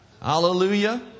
Hallelujah